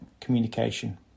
communication